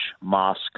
mosque